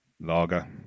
Lager